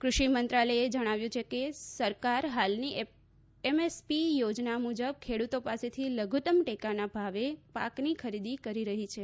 કૃષિ મંત્રાલયે જણાવ્યું છે કે સરકાર હાલની એમએસપી યોજના મુજબ ખેડૂતો પાસેથી લધુત્તમ ટેકાના ભાવે પાકની ખરીદી કરી રહી છે